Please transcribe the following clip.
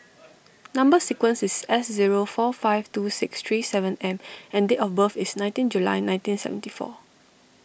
Number Sequence is S zero four five two six three seven M and date of birth is nineteen July nineteen seventy four